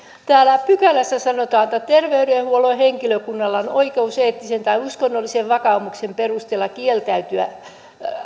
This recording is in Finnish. täällä pykälässä sanotaan että terveydenhuollon henkilökunnalla on oikeus eettisen tai uskonnollisen vakaumuksen perusteella kieltäytyä